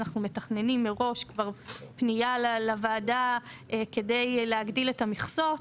אנחנו מתכננים מראש כבר פנייה לוועדה כדי להגדיל את המכסות.